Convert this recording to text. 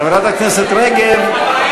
חברת הכנסת רגב.